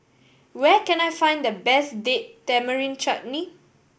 where can I find the best Date Tamarind Chutney